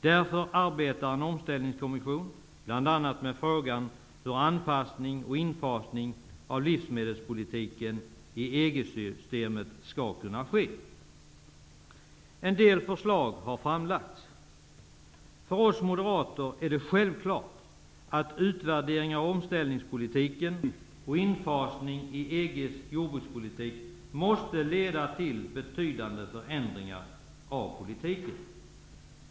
Därför arbetar en omställningskommission bl.a. med frågan om hur anpassning och infasning av livsmedelspolitiken skall kunna ske i EG-systemet. En del förslag har framlagts. För oss moderater är det självklart att utvärderingar av omställningspolitiken och infasning i EG:s jordbrukspolitik måste leda till betydande förändringar av politiken.